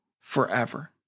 forever